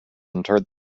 interred